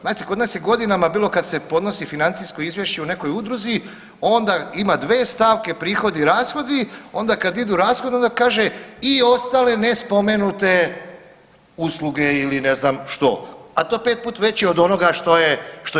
Znate kod nas je godinama bilo kad se podnosi financijsko izvješće u nekoj udruzi onda ima dve stavke prihodi, rashodi onda kad idu rashodi onda kaže i ostale nespomenute usluge ili ne znam što, a to je pet puta veće od onoga što je